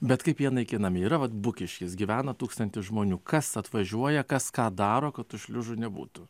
bet kaip jie naikinami yra vat bukiškis gyvena tūkstantis žmonių kas atvažiuoja kas ką daro kad tų šliužų nebūtų